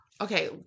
Okay